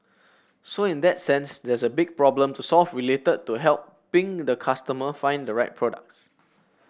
so in that sense there's a big problem to solve related to helping the customer find the right products